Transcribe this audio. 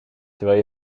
terwijl